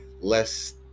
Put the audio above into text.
less